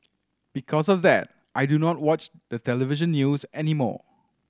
because of that I do not watch the television news anymore